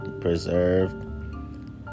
preserved